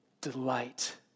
delight